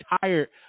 tired